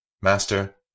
Master